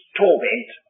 torment